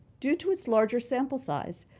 due to its larger simple size,